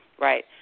right